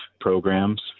programs